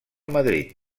madrid